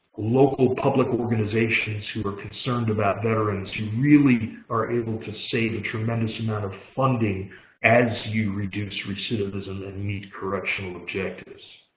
local public organizations who are concerned about veterans, you really are able to save a tremendous amount of funding as you reduce recidivism and meet correctional objectives.